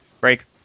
break